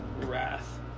wrath